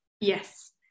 yes